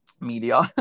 media